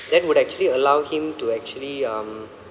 that would actually allow him to actually um